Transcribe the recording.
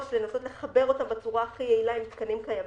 לנסות לחבר אותם בצורה הכי יעילה עם תקנים קיימים.